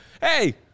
hey